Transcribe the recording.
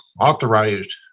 authorized